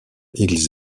ils